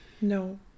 no